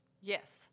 Yes